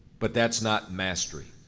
but that's not mastery.